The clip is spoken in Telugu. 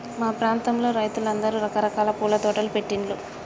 మా ప్రాంతంలో రైతులందరూ రకరకాల పూల తోటలు పెట్టిన్లు